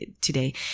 today